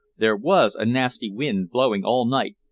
there was a nasty wind blowing all night,